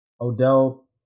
Odell